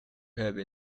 have